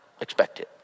expected